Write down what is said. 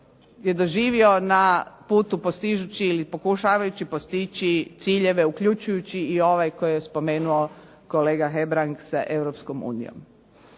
je doživio na putu postižući ili pokušavajući postići ciljeve uključujući i ovaj koji je spomenuo kolega Hebrang sa Europskom unijom.